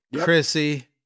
Chrissy